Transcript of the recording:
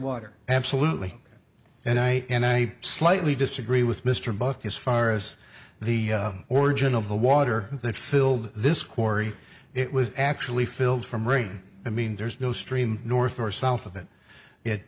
water absolutely and i and i slightly disagree with mr buck as far as the origin of the water that filled this quarry it was actually filled from rain i mean there's no stream north or south of it